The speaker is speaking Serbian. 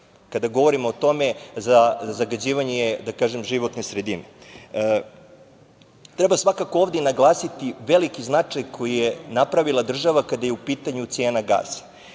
kada govorimo o tome za zagađivanje životne sredine. Treba svakako ovde naglasiti veliki značaj koji je napravila država kada je u pitanju cena gasa